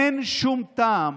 אין שום טעם,